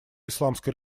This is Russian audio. исламской